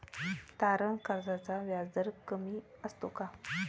तारण कर्जाचा व्याजदर कमी असतो का?